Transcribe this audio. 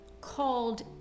called